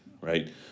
Right